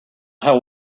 how